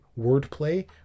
wordplay